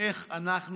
איך אנחנו